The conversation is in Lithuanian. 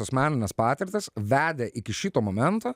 asmeninės patirtys vedė iki šito momento